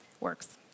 works